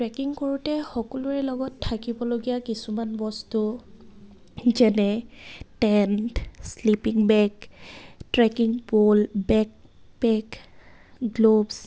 trekking কৰোঁতে সকলোৰে লগত থাকিবলগীয়া কিছুমান বস্তু যেনে tent sleeping bag trekking pole backpack gloves